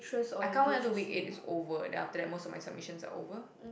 I can't wait until week eight is over then after that most of my submissions are over